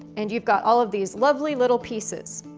and you've got all of these lovely little pieces.